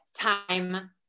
time